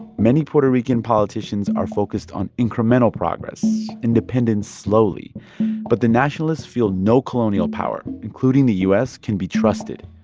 many puerto rican politicians are focused on incremental progress independence slowly but the nationalists feel no colonial power, including the u s, can be trusted.